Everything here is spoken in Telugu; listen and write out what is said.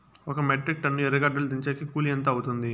ఒక మెట్రిక్ టన్ను ఎర్రగడ్డలు దించేకి కూలి ఎంత అవుతుంది?